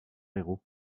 héros